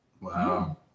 Wow